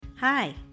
Hi